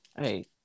Hey